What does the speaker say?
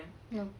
no